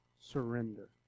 surrender